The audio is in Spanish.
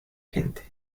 gente